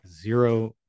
zero